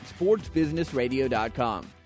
sportsbusinessradio.com